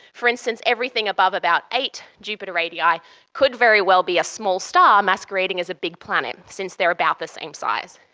for instance, everything above about eight jupiter radii could very well be a small star masquerading as a big planet, since they are about the same size.